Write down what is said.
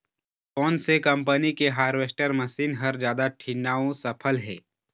कोन से कम्पनी के हारवेस्टर मशीन हर जादा ठीन्ना अऊ सफल हे?